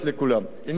העניין הוא אחר,